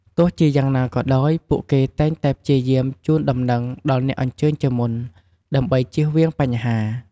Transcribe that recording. ទោះជាយ៉ាងណាក៏ដោយ ពួកគេតែងតែព្យាយាមជូនដំណឹងដល់អ្នកអញ្ជើញជាមុន ដើម្បីជៀសវាងបញ្ហា។